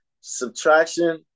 subtraction